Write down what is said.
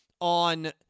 on